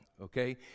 okay